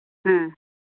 ᱦᱮᱸ